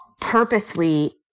purposely